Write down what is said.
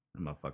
motherfucker